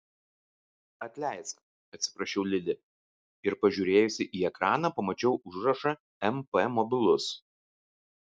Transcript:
atleisk atsiprašiau lili ir pažiūrėjusi į ekraną pamačiau užrašą mp mobilus